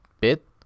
bit